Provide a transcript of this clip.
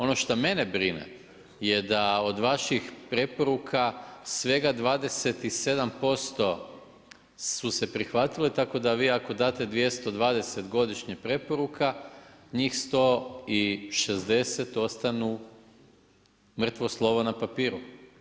Ono što mene brine je da od vaših preporuka svega 27% su se prihvatili, tako da vi ako date 220 godišnje preporuka njih 160 ostanu mrtvo slovo na papiru.